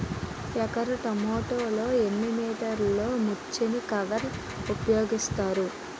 ఎకర టొమాటో లో ఎన్ని మీటర్ లో ముచ్లిన్ కవర్ ఉపయోగిస్తారు?